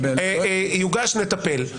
יוגש, נטפל.